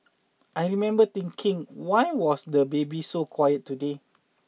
I remember thinking why was the baby so quiet today